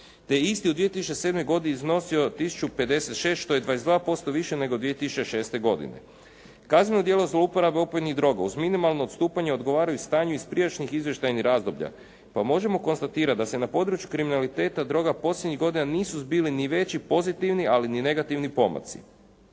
je isti u 2007. godini iznosio 1056 što je 22% više nego 2006. godine. Kazneno djelo zlouporabe opojnih droga uz minimalno odstupanje odgovaraju stanju iz prijašnjih izvještajnih razdoblja, pa možemo konstatirati da se na području kriminaliteta droga posljednjih godina nisu zbili ni veći pozitivni, ali ni negativni pomaci.